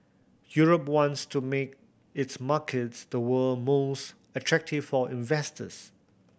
Europe wants to make its markets the world most attractive for investors